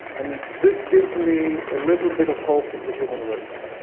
and this gives me a little bit of hope in the human race.